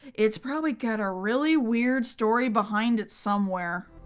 it's probably got a really weird story behind it somewhere.